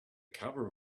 cover